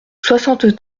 soixante